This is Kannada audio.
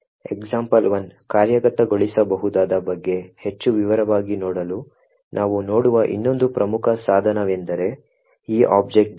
example1 ಕಾರ್ಯಗತಗೊಳಿಸಬಹುದಾದ ಬಗ್ಗೆ ಹೆಚ್ಚು ವಿವರವಾಗಿ ನೋಡಲು ನಾವು ನೋಡುವ ಇನ್ನೊಂದು ಪ್ರಮುಖ ಸಾಧನವೆಂದರೆ ಈ objdump